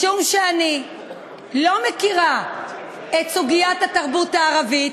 משום שאני לא מכירה את סוגיית התרבות הערבית,